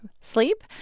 Sleep